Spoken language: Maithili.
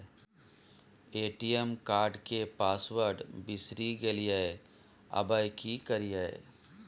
ए.टी.एम कार्ड के पासवर्ड बिसरि गेलियै आबय की करियै?